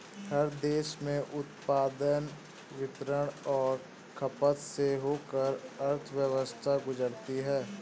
हर देश में उत्पादन वितरण और खपत से होकर अर्थव्यवस्था गुजरती है